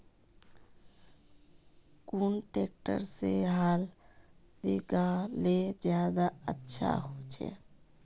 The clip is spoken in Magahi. कुन ट्रैक्टर से हाल बिगहा ले ज्यादा अच्छा होचए?